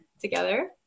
together